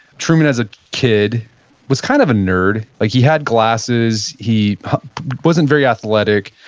truman as a kid was kind of a nerd. like he had glasses, he wasn't very athletic,